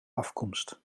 afkomst